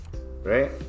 right